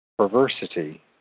perversity